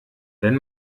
wenn